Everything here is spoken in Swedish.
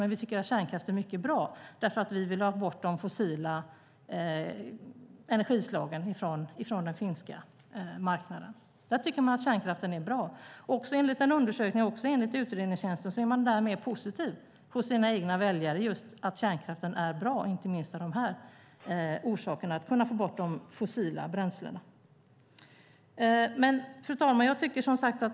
Men vi tycker att kärnkraft är mycket bra, eftersom vi vill ha bort de fossila energislagen från den finska marknaden. Där tycker man att kärnkraften är bra. Enligt en undersökning av utredningstjänsten är det något som ses som positivt hos deras egna väljare, att de säger att kärnkraften är bra inte minst av dessa orsaker, nämligen att kunna få bort de fossila bränslena. Fru talman!